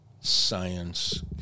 science